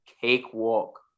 cakewalk